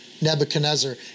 Nebuchadnezzar